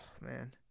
man